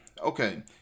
Okay